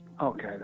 okay